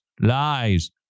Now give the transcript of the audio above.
lies